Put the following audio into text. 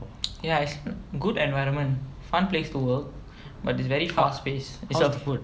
ya it's good environment fun place to work but it's very fast paced it's a